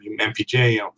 MPJ